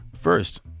First